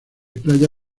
playa